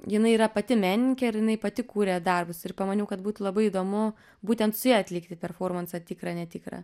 jinai yra pati menininkė ir jinai pati kuria darbus ir pamaniau kad būtų labai įdomu būtent su ja atlikti performansą tikra netikra